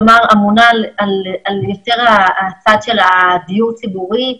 כלומר אמונה על הצד של הדיור הציבורי,